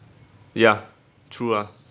ya true ah